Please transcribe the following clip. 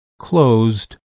closed